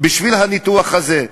לניתוח הזה.